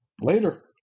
Later